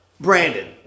Brandon